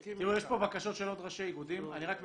יש פה בקשות של עוד ראשי איגודים, אני רק מבקש,